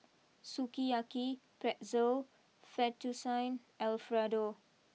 Sukiyaki Pretzel Fettuccine Alfredo